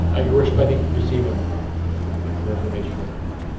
your worship, i think receiving for information for council.